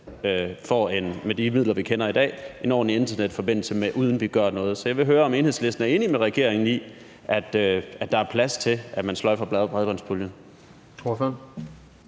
af de her borgere, får en ordentlig internetforbindelse, uden at vi gør noget. Så jeg vil høre, om Enhedslisten er enig med regeringen i, at der er plads til, at man sløjfer bredbåndspuljen. Kl.